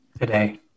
Today